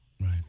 Right